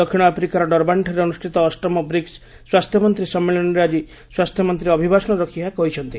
ଦକ୍ଷିଣ ଆଫ୍ରିକାର ଡର୍ବାନ୍ଠାରେ ଅନୁଷ୍ଠିତ ଅଷ୍ଟମ ବ୍ରିକ୍ସ ସ୍ୱାସ୍ଥ୍ୟମନ୍ତ୍ରୀ ସମ୍ମିଳନୀରେ ଆକି ସ୍ୱାସ୍ଥ୍ୟମନ୍ତ୍ରୀ ଅଭିଭାଷଣ ରଖି ଏହା କହିଛନ୍ତି